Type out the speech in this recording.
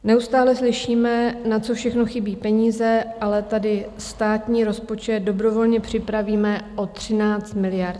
Neustále slyšíme, na co všechno chybějí peníze, ale tady státní rozpočet dobrovolně připravíme o 13 miliard.